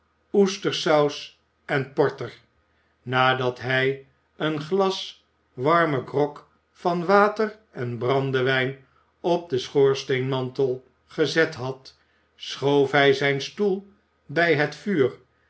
oester saus en porter nadat hij een glas warmen grog van water en brandewijn op den schoorsteenmantel gezet had schoof hij zijn stoel bij het vuur